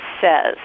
says